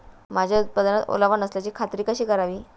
माझ्या उत्पादनात ओलावा नसल्याची खात्री कशी करावी?